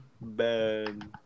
Ben